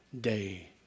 day